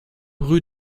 rue